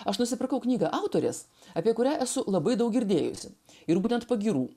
aš nusipirkau knygą autorės apie kurią esu labai daug girdėjusi ir būtent pagyrų